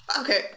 okay